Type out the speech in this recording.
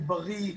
בריא,